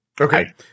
Okay